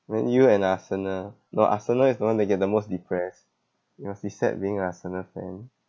man U and arsenal no arsenal is the one that get the most depressed it must be sad being a arsenal fan